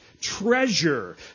treasure